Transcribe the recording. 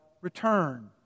return